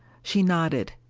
she nodded.